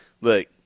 Look